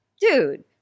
dude